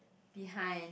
behind